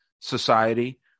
society